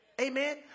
Amen